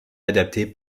adaptée